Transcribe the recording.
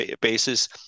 basis